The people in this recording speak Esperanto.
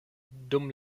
dum